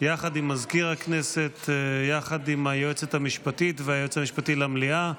יחד עם מזכיר הכנסת ויחד עם היועצת המשפטית והיועץ המשפטי למליאה,